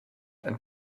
and